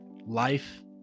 life